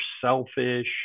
selfish